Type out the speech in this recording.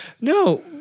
no